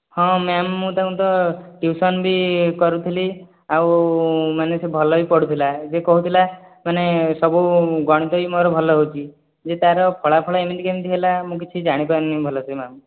ହଁ ମ୍ୟାମ୍ ମୁଁ ତାଙ୍କୁ ତ ଟ୍ୟୁସନ୍ ବି କରୁଥିଲି ଆଉ ମାନେ ସେ ଭଲ ବି ପଢ଼ୁଥିଲା ଯେ କହୁଥିଲା ମାନେ ସବୁ ଗଣିତ ବି ମୋର ଭଲ ହେଉଛି ଯେ ତା'ର ଫଳାଫଳ ଏମିତି କେମିତି ହେଲା ମୁଁ କିଛି ଜାଣିପାରୁନି ଭଲସେ ମ୍ୟାମ୍